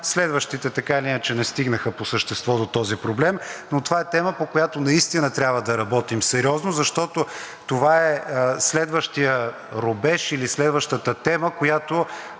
Следващите така или иначе не стигнаха по същество до този проблем. Това е тема, по която наистина трябва да работим сериозно, защото това е следващият рубеж или следващата тема, която